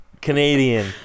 canadian